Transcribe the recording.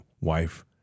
wife